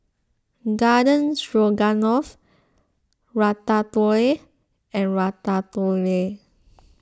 Garden Stroganoff Ratatouille and Ratatouille